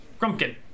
Grumpkin